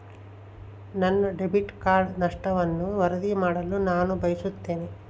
ನನ್ನ debit card ನಷ್ಟವನ್ನು ವರದಿ ಮಾಡಲು ನಾನು ಬಯಸುತ್ತೇನೆ